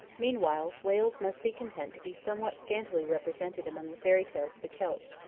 meanwhile wales must be content to be somewhat scantily represented among the fairy tales of the celts,